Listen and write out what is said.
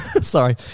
Sorry